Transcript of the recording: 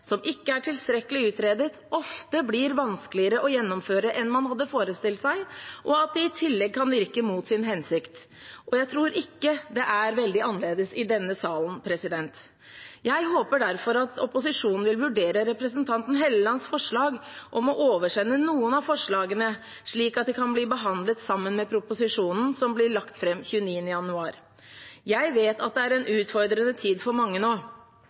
som ikke er tilstrekkelig utredet, ofte blir vanskeligere å gjennomføre enn man hadde forestilt seg, og at de i tillegg kan virke mot sin hensikt. Og jeg tror ikke det er veldig annerledes i denne salen. Jeg håper derfor at opposisjonen vil vurdere representanten Hellelands forslag om å oversende noen av forslagene, slik at de kan bli behandlet sammen med proposisjonen som blir lagt fram 29. januar. Jeg vet at det er en utfordrende tid for mange